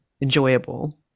enjoyable